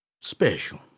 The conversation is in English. special